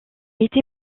été